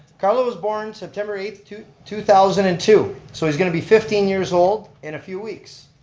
carlo was born september eighth, two two thousand and two. so he's going to be fifteen years old in a few weeks.